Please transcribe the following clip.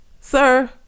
sir